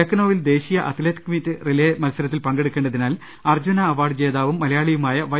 ലക്നൌവിൽ ദേശീയ athletic meet relay മത്സരത്തിൽ പങ്കെ ടുക്കേണ്ടതിനാൽ അർജ്ജുന അവാർഡ് ജേതാവും മലയാളിയുമായ വൈ